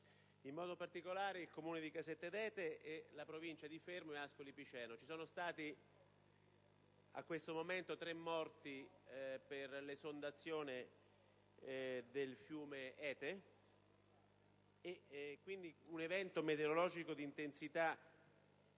in modo particolare il Comune di Casette d'Ete e le province di Fermo e Ascoli Piceno. Ci sono stati, a questo momento, tre morti per l'esondazione del fiume Ete. Un evento meteorologico di intensità